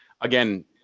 again